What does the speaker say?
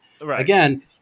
Again